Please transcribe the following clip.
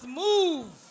move